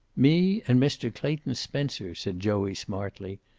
me and mr. clayton spencer, said joey, smartly,